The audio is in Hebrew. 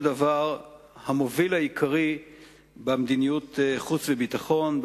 דבר המוביל העיקרי במדיניות החוץ והביטחון,